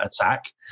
attack